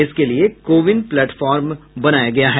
इसके लिये कोविन प्लेटफॉर्म बनाया गया है